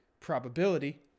probability